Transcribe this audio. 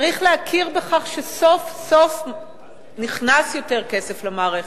צריך להכיר בכך שסוף-סוף נכנס יותר כסף למערכת,